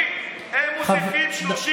מיקי זוהר התנצל גם אחרי זה על כל מיני ביטויים,